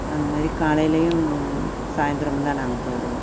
அந்தமாரி காலையிலையும் சாயிந்தரமும் தான் நாங்கள் போடுவோம்